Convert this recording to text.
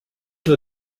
nur